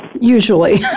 Usually